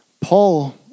Paul